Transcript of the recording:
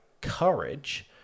courage